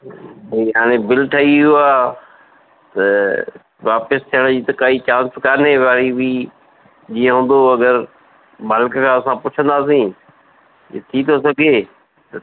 भई हाणे बिलि ठई वियो आहे त वापसि थियण ई त काई चांस कान्हे वरी बि जीअं हूंदो अगरि मालिक खां असां पुछंदासीं इअं थी तो सघे त